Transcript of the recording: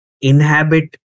inhabit